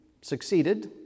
succeeded